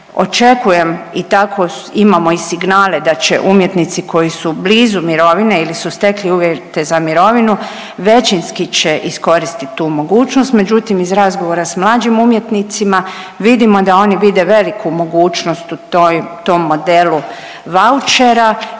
očekujem, i tako imamo i signale da će umjetnici koji su blizu mirovine ili su stekli uvjete za mirovinu većinski će iskoristiti tu mogućnost, međutim, iz razgovora s mlađim umjetnicima, vidimo da oni vide veliku mogućnost u toj, tom modelu vaučera